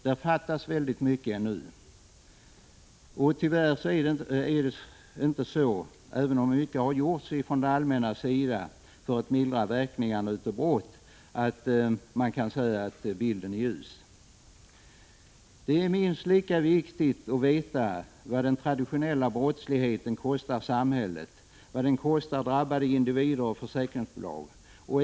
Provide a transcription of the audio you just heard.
Där fattas väldigt mycket ännu, även om mycket har gjorts från det allmännas sida för att mildra verkningarna av begångna brott. Det är minst lika viktigt att veta vad den traditionella brottsligheten kostar samhället, drabbade individer och försäkringsbolag.